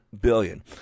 billion